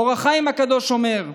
אור החיים הקדוש אומר: